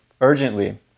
urgently